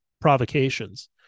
provocations